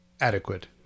adequate